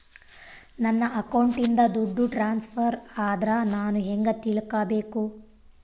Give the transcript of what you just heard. ನನ್ನ ಅಕೌಂಟಿಂದ ದುಡ್ಡು ಟ್ರಾನ್ಸ್ಫರ್ ಆದ್ರ ನಾನು ಹೆಂಗ ತಿಳಕಬೇಕು?